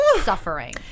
suffering